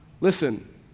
Listen